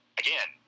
again